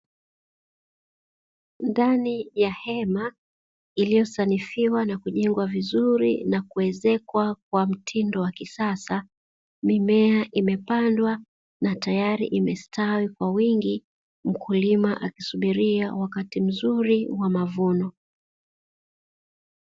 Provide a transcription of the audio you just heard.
Ndani ya hema iliyosanifiwa na kujengwa vizuri na kuezekwa kwa mtindo wa kisasa, mimea imepandwa na tayari imestawi kwa wingi, mkulima akisubiria wakati mzuri wa mavuno.